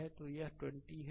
तो यह 20 है